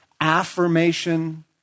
affirmation